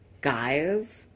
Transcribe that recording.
guys